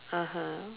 (uh huh)